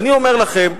ואני אומר לכם,